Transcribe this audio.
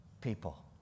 people